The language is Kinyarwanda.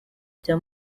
bya